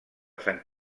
sant